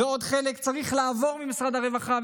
ועוד חלק צריך לעבור ממשרד הרווחה.